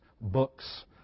books